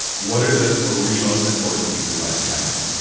what are the three most important pieces of advice you have for me?